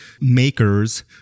makers